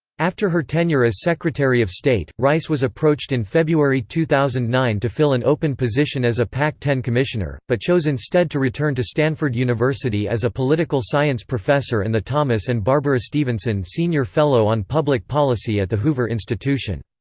after her tenure as secretary of state, rice was approached in february two thousand and nine to fill an open position as a pac ten commissioner, but chose instead to return to stanford university as a political science professor and the thomas and barbara stephenson senior fellow on public policy at the hoover institution.